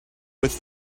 with